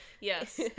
Yes